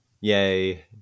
Yay